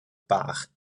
bach